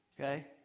Okay